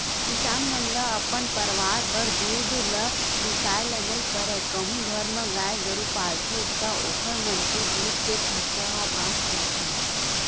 किसान मन ल अपन परवार बर दूद ल बिसाए ल नइ परय कहूं घर म गाय गरु पालथे ता ओखर मन के दूद के खरचा ह बाच जाथे